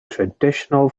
traditional